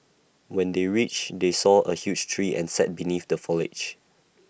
when they reached they saw A huge tree and sat beneath the foliage